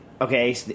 Okay